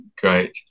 great